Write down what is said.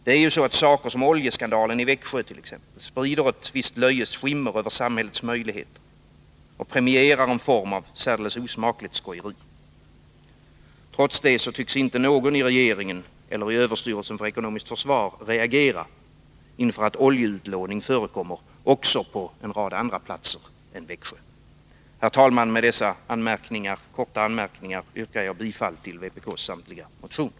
Det är ju så att saker som oljeskandalen i Växjö sprider ett löjets skimmer över samhällets möjligheter och premierar en form av särdeles osmakligt skojeri. Trots det tycks inte någon i regeringen eller i överstyrelsen för ekonomiskt försvar reagera inför att oljeutlåning förekommer också på en rad andra platser än Växjö. Herr talman! Med dessa kortfattade anmärkningar yrkar jag bifall till samtliga vpk:s motioner.